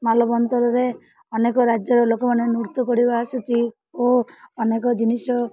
ମାଲବନ୍ତରରେ ଅନେକ ରାଜ୍ୟର ଲୋକମାନେ ନୃତ୍ୟ କରିବା ଆସୁଛି ଓ ଅନେକ ଜିନିଷ